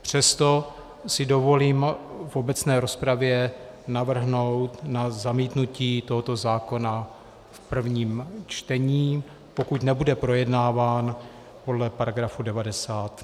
Přesto si dovolím v obecné rozpravě navrhnout zamítnutí tohoto zákona v prvním čtení, pokud nebude projednáván podle § 90.